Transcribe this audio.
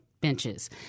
benches